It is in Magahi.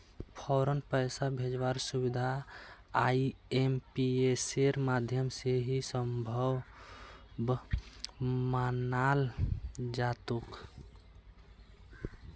फौरन पैसा भेजवार सुबिधा आईएमपीएसेर माध्यम से ही सम्भब मनाल जातोक